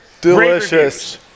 Delicious